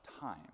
time